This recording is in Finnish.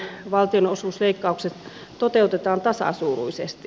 palvelujen valtionosuusleikkaukset toteutetaan tasasuuruisesti